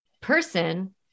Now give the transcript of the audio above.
person